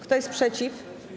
Kto jest przeciw?